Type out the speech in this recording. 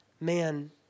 man